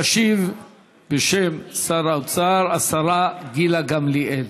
תשיב בשם שר האוצר השרה גילה גמליאל.